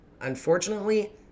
Unfortunately